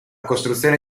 costruzione